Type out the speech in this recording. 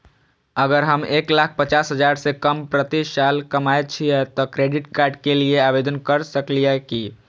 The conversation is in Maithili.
अगर हम एक लाख पचास हजार से कम प्रति साल कमाय छियै त क्रेडिट कार्ड के लिये आवेदन कर सकलियै की?